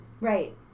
Right